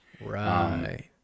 Right